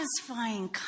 satisfying